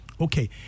Okay